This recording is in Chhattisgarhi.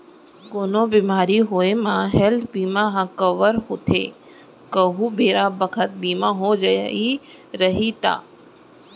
कोनो बेमारी होये म हेल्थ बीमा ह कव्हर होथे कहूं बेरा बखत बीमा हो जाही रइही ता